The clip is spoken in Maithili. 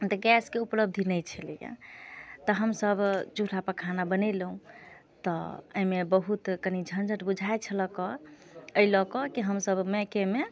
तऽ गैसके उपलब्धि नहि छलैए तऽ हमसभ चूल्हापर खाना बनेलहुँ तऽ एहिमे बहुत कनी झञ्झट बुझाइत छलय कऽ एहि लऽ कऽ कि हमसभ मायकेमे